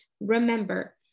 Remember